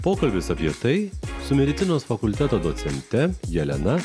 pokalbis apie tai su medicinos fakulteto docente jelena